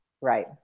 Right